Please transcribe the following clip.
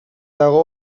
dago